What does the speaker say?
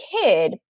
kid